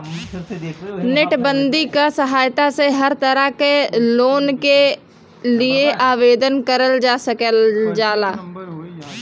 net banking क सहायता से हर तरह क लोन के लिए आवेदन करल जा सकल जाला